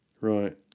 Right